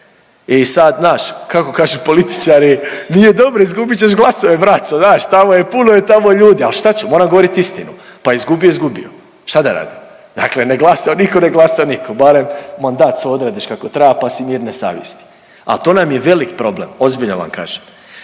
i sad znaš kako kažu političari, nije dobro izgubit ćeš glasove braco, znaš tamo je, puno je tamo ljudi, al šta ću, moram govorit istinu, pa izgubio, izgubio, šta da radim, dakle ne glasaju, niko ne glasa nikom, barem mandat svoj odradiš kako treba, pa si mirne savjesti, al to nam je velik problem, ozbiljno vam kažem.